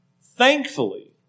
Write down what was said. Thankfully